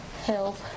help